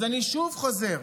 אז אני שוב חוזר: